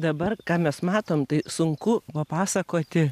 dabar ką mes matom tai sunku papasakoti